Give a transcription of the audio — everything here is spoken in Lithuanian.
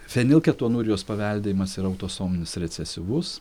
fenilketonurijos paveldėjimas yra autosominis recesyvus